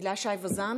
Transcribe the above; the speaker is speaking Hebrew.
הילה שי וזאן,